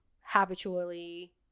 habitually